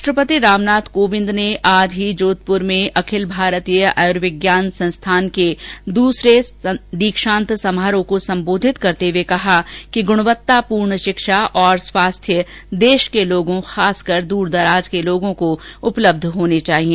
राष्ट्रपति ने जोधपुर में अखिल भारतीय आयुर्विज्ञान संस्थान के दूसरे दीक्षांत समारोह को संबोधित करते हए कहा कि गुणवत्तापूर्ण शिक्षा और स्वास्थ्य देश के लोगों खासकर दूरदराज के लोगों को उपलब्ध होने चाहिए